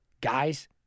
Guys